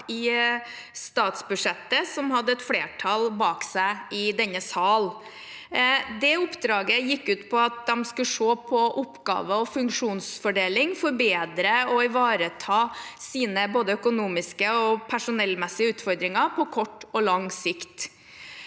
i statsbudsjettet, som hadde et flertall bak seg i denne sal. Det oppdraget gikk ut på at de skulle se på oppgave- og funksjonsfordeling, og forbedre og ivareta både sine økonomiske og personellmessige utfordringer på kort og lang sikt.